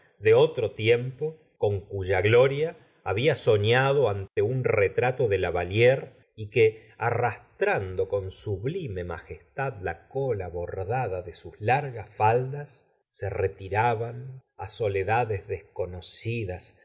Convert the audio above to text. de otro tiempo con cuya gloria babia soñado ante un retrato de la valliére y que arrastrando con sublime majestad la cola bordada de sus largas faldas se r etiraban á soledades